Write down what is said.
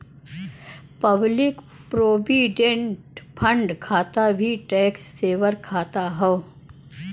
public provident fund खाता भी tax saver खाता हौ